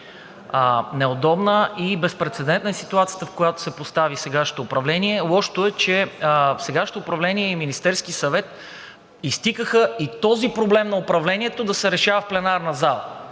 Неудобна и безпрецедентна е ситуацията, в която се постави сегашното управление. Лошото е, че сегашното управление и Министерският съвет изтикаха и този проблем на управлението да се решава в пленарната зала